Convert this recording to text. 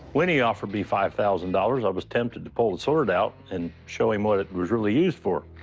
when he offered me five thousand dollars, i was tempted to pull the sword out and show him what it was really used for.